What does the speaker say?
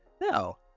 No